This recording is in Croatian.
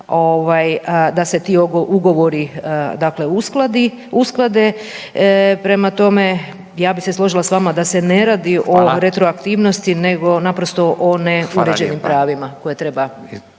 da se ti ugovori usklade, prema tome ja bih se složila s vama …/Upadica Radin: Hvala./… da se ne radi o retroaktivnosti nego naprosto o ne uređenim pravima koje treba